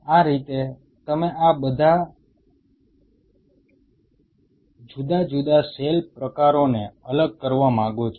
આ રીતે તમે આ બધા જુકદા જુદા સેલ પ્રકારોને અલગ કરવા માંગો છો